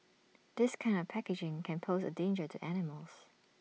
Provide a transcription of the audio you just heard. this kind of packaging can pose A danger to animals